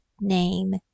name